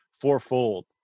fourfold